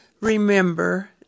remember